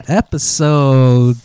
episode